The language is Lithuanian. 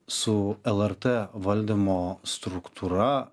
su lrt valdymo struktūra